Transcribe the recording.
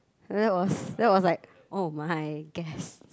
that was that was like oh my guest